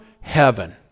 heaven